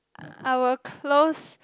I will close